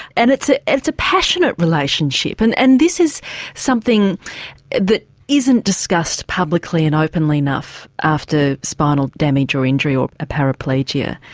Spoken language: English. and it's ah it's a passionate relationship, and and this is something that isn't discussed publicly publicly and openly enough after spinal damage or injury or paraplegia.